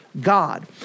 God